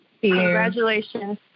congratulations